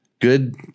Good